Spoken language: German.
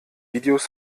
videos